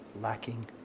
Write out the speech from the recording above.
lacking